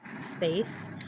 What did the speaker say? space